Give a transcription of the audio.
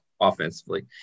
offensively